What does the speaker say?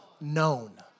known